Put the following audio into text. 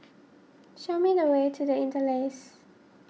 show me the way to the Interlace